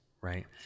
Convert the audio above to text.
right